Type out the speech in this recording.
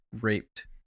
raped